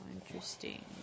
interesting